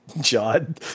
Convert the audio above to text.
John